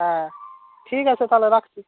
হ্যাঁ ঠিক আছে তাহলে রাখছি